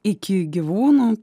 iki gyvūnų